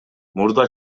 мурда